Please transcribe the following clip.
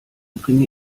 bringe